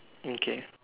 okay